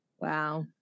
Wow